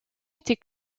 était